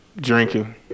drinking